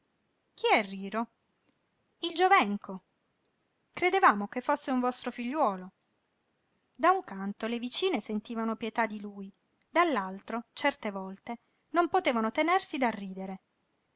chi è riro il giovenco credevamo che fosse un vostro figliuolo da un canto le vicine sentivano pietà di lui dall'altro certe volte non potevano tenersi dal ridere